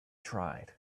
tried